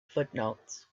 footnotes